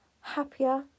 happier